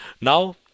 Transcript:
Now